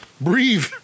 Breathe